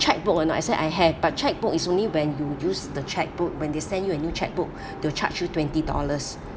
cheque book or not I said I have but cheque book is only when you use the cheque book when they send you a new cheque book they'll charge you twenty dollars